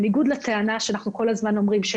בניגוד לטענה שאנחנו כל הזמן אומרים,